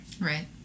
Right